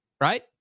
right